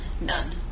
None